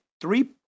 three